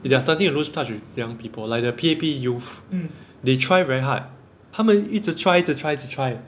they're starting to lose touch with young people like the P_A_P youth they try very hard 他们一直 try 一直 try 一直 try